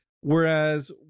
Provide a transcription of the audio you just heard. whereas